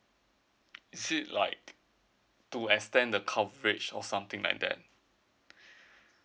is it like to extend the coverage or something like that